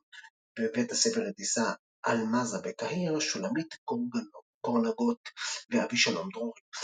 בבית-הספר לטיסה אלמאזה בקהיר – שולמית גורנגוט ואבישלום דרורי.